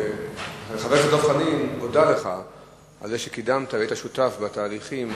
חבר הכנסת דב חנין הודה לך על כך שקידמת והיית שותף בתהליכים.